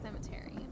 Cemetery